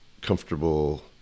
comfortable